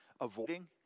avoiding